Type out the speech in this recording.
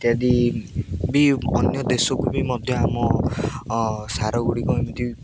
ଇତ୍ୟାଦି ବି ଅନ୍ୟ ଦେଶକୁ ବି ମଧ୍ୟ ଆମ ସାରଗୁଡ଼ିକ ଏମିତି